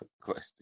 question